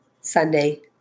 Sunday